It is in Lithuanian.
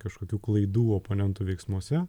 kažkokių klaidų oponentų veiksmuose